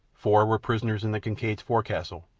four were prisoners in the kincaid's forecastle.